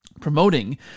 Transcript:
promoting